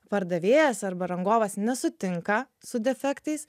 pardavėjas arba rangovas nesutinka su defektais